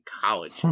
college